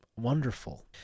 wonderful